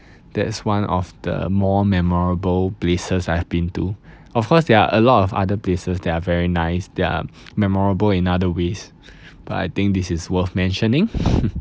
that's one of the more memorable places I've been to of course there are a lot of other places that are very nice that are memorable in other ways but I think this is worth mentioning